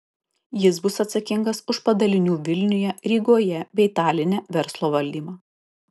jis bus atsakingas už padalinių vilniuje rygoje bei taline verslo valdymą